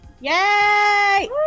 Yay